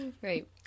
Great